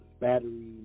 battery